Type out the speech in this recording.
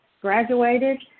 graduated